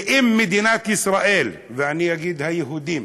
ואם מדינת ישראל, ואני אגיד: היהודים,